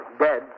dead